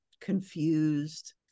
confused